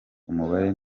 umubare